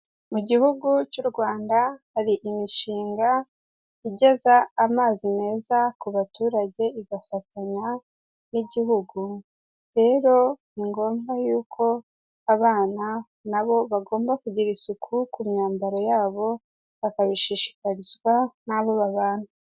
Mu gihugu cy'u Rwanda hari imishinga igeza amazi meza ku baturage, igafatanya n'igihugu. Rero ni ngombwa yuko abana na bo bagomba kugira isuku ku myambaro yabo, bakabishishikarizwa n'abo babana.